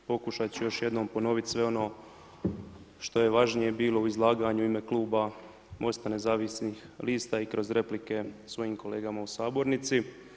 Pokušat ću još jednom ponoviti sve ono što je važnije bilo u izlaganju u ime kluba Most-a nezavisnih lista i kroz replike svojim kolegama u sabornici.